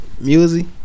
music